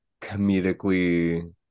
comedically